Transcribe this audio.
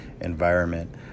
environment